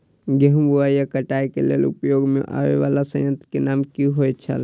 गेहूं बुआई आ काटय केय लेल उपयोग में आबेय वाला संयंत्र के नाम की होय छल?